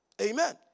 Amen